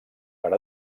per